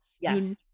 Yes